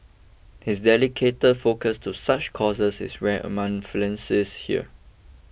his dedicated focus to such causes is rare among philanthropists here